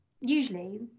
Usually